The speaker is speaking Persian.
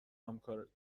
همکارت